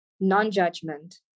non-judgment